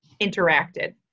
interacted